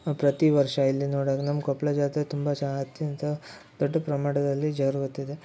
ಪ್ರತಿ ವರ್ಷ ಇಲ್ಲಿ ನೋಡೋದು ನಮ್ಮ ಕೊಪ್ಪಳ ಜಾತ್ರೆ ತುಂಬ ಜಾ ಅತ್ಯಂತ ದೊಡ್ಡ ಪ್ರಮಾಣದಲ್ಲಿ ಜರುಗುತ್ತಿದೆ